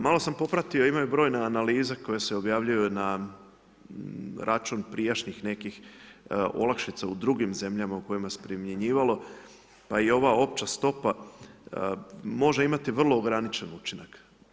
Malo sam popratio, imaju brojne analize koje se objavljuju na račun prijašnjih nekih olakšica u drugim zemljama u kojima se primjenjivalo, pa i ova opća stopa može imati vrlo ograničen učinak.